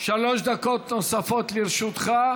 שלוש דקות נוספות לרשותך.